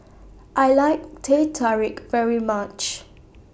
I like Teh Tarik very much